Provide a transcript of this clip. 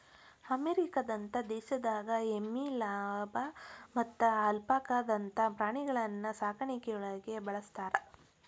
ಅಮೇರಿಕದಂತ ದೇಶದಾಗ ಎಮ್ಮಿ, ಲಾಮಾ ಮತ್ತ ಅಲ್ಪಾಕಾದಂತ ಪ್ರಾಣಿಗಳನ್ನ ಸಾಕಾಣಿಕೆಯೊಳಗ ಬಳಸ್ತಾರ